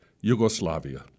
Yugoslavia